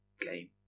game